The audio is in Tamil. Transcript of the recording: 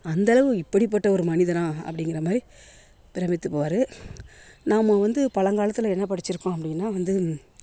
அந்த அளவு இப்படிப்பட்ட ஒரு மனிதனா அப்படிங்கிற மாதிரி பிரம்மித்து போவார் நாம் வந்து பழங்காலத்தில் என்ன படித்திருக்கோம் அப்படினா வந்து